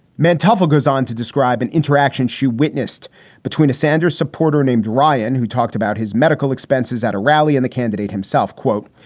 manteuffel goes on to describe an interaction she witnessed between a sanders supporter named ryan, who talked about his medical expenses at a rally and the candidate himself, quote,